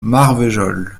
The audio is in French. marvejols